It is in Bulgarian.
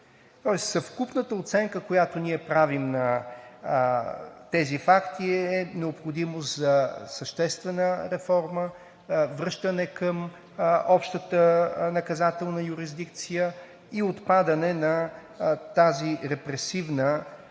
съвкупната оценка, която ние правим на тези факти, е необходимост за съществена реформа, връщане към общата наказателна юрисдикция и отпадане на тази репресивна по